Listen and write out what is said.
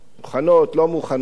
מוכנות, לא מוכנות,